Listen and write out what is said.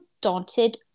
daunted